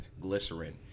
glycerin